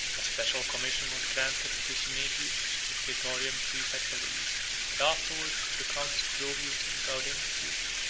a special commission was granted to cynegius, the praetorian praefect of the east, and afterwards to the counts jovius and gaudentius,